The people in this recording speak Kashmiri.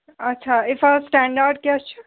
آچھا اِفات سِٹٮ۪نڈاڈ کیٛاہ حظ چھِ